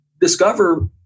discover